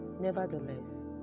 Nevertheless